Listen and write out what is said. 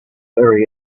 very